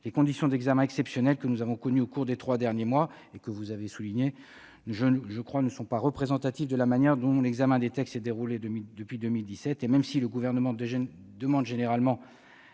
Les conditions d'examen exceptionnelles que nous avons connues au cours des trois derniers mois ne sont pas représentatives, je le crois, de la manière dont l'examen des textes s'est déroulé depuis 2017. Et même si le Gouvernement demande généralement